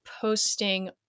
posting